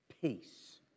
Peace